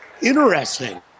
Interesting